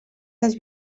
les